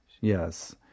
Yes